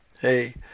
hey